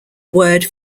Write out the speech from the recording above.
word